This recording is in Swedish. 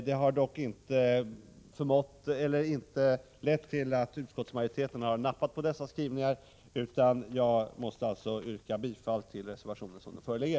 Detta har dock inte lett till att utskottsmajoriteten har nappat på dessa skrivningar, utan jag måste alltså yrka bifall till reservationen som den föreligger.